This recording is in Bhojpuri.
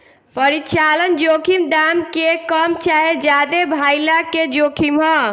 परिचालन जोखिम दाम के कम चाहे ज्यादे भाइला के जोखिम ह